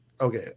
okay